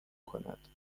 کند